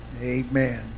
Amen